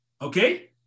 Okay